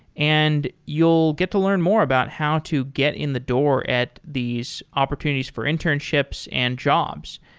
and you'll get to learn more about how to get in the door at these opportunities for internships and jobs.